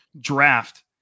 draft